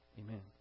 Amen